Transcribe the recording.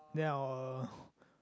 then our